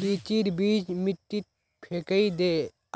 लीचीर बीज मिट्टीत फेकइ दे,